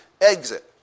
exit